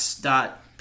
Dot